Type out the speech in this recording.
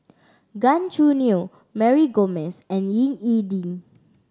Gan Choo Neo Mary Gomes and Ying E Ding